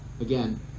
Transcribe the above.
Again